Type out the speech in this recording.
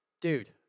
dude